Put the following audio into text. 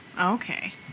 Okay